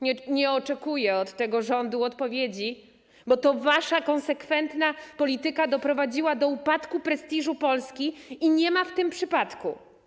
Nie oczekuję od tego rządu odpowiedzi, bo to wasza konsekwentna polityka doprowadziła do upadku prestiżu Polski i nie ma w tym przypadku.